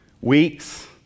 weeks